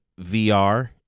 VR